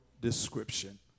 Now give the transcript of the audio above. description